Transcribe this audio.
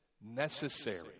necessary